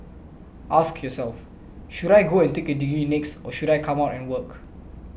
ask yourself should I go and take a degree next or should I come out and work